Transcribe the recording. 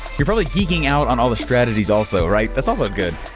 you're probably geeking out on all the strategies also, right? that's also good.